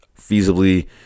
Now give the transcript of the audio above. feasibly